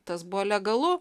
tas buvo legalu